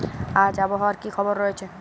আজ আবহাওয়ার কি খবর রয়েছে?